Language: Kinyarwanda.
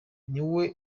niwe